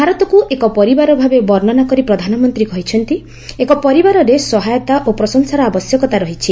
ଭାରତକୁ ଏକ ପରିବାର ଭାବେ ବର୍ଷ୍ଣନା କରି ପ୍ରଧାନମନ୍ତ୍ରୀ କହିଛନ୍ତି ଏକ ପରିବାରରେ ସହାୟତା ଓ ପ୍ରଶଂସାର ଆବଶ୍ୟକତା ରହିଛି